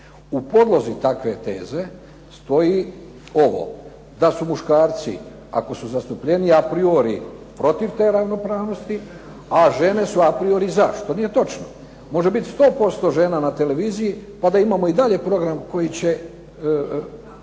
U podlozi takve teze stoji ovo da su muškarci ako su zastupljeniji a priori protiv te ravnopravnosti a žene su a priori za, što nije točno, može biti 100% žena na televiziji pa da imamo i dalje program koji neće